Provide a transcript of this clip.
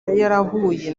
yarahuye